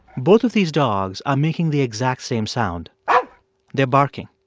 both of these dogs are making the exact same sound they're barking,